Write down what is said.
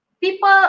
people